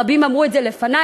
רבים אמרו את זה לפני,